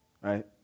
right